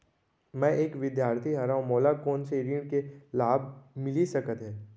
मैं एक विद्यार्थी हरव, मोला कोन से ऋण के लाभ मिलिस सकत हे?